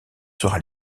sera